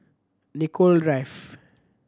Nicoll Drive